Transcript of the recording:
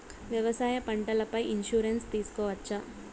వ్యవసాయ పంటల పై ఇన్సూరెన్సు తీసుకోవచ్చా?